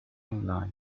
online